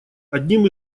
одним